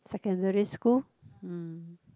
secondary school mm